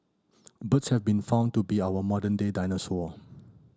birds have been found to be our modern day dinosaur